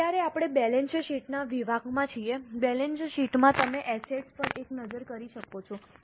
તેથી અત્યારે આપણે બેલેન્સ શીટના વિભાગમાં છીએ બેલેન્સ શીટમાં તમે એસેટ્સ પર એક નજર કરી શકો છો